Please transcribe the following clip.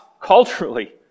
culturally